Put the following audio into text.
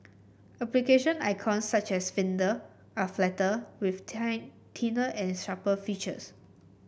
application icons such as Finder are flatter with thinner and sharper features